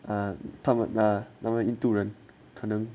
um 他们那那么印度人可能